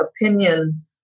opinion